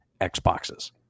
Xboxes